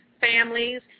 families